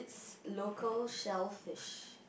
local shellfish